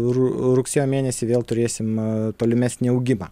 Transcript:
ru rugsėjo mėnesį vėl turėsim tolimesnį augimą